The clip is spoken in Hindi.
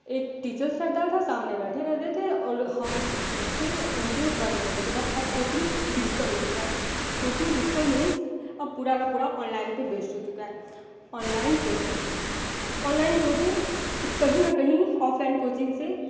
एक टीचर्स रहता था सामने बैठे रहते थे और हम बच्चे उनके फ्रंट में रहते थे बट अब कोचिंग डिस्टर्ब हो चुका है कोचिंग डिस्टर्ब मीन्स अब पूरा का पूरा ओनलाइन पर बेस्ड हो चुका है ओनलाइन कोचिंग ओनलाइन कोचिंग कहीं ना कहीं ऑफलाइन कोचिंग से